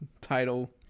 title